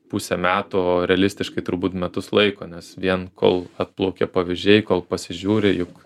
pusę metų o realistiškai turbūt metus laiko nes vien kol atplaukia pavyzdžiai kol pasižiūri juk